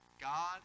God